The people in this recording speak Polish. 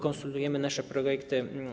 Konsultujemy nasze projekty.